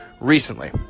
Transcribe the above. recently